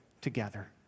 together